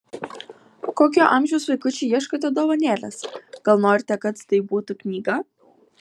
kokio amžiaus vaikučiui ieškote dovanėlės gal norite kad tai būtų knyga